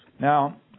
Now